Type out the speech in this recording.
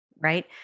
Right